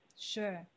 Sure